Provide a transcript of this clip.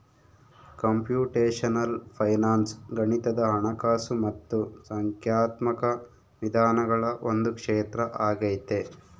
computational finance ಗಣಿತದ ಹಣಕಾಸು ಮತ್ತು ಸಂಖ್ಯಾತ್ಮಕ ವಿಧಾನಗಳ ಒಂದು ಕ್ಷೇತ್ರ ಆಗೈತೆ